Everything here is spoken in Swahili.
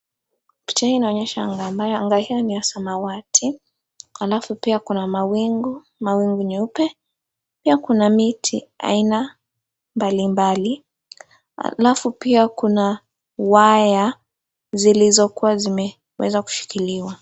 Picha hii inaonyesha ngamia, ngamia ni ya samawayi, alafu pia Kuna mawingu, mawingu nyeupe pia Kuna miti aina mbali mbali ,alafu pia Kuna waya zilizokuwa zimeweza kushikiliwa.